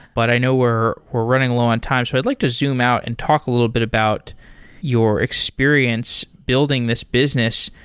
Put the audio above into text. but i know we're we're running low on time. so i'd like to zoom out and talk a little bit about your experience building this business.